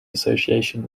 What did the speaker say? association